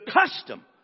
custom